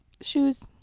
Shoes